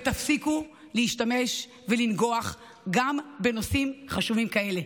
תפסיקו להשתמש ולנגוח גם בנושאים חשובים כאלה.